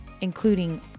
including